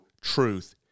truth